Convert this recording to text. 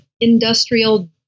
industrial